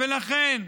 ולכן,